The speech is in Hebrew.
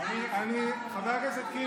חבר הכנסת קיש,